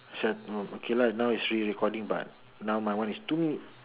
set~ no okay lah now it's re-recording but now my one is two minute